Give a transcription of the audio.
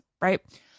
right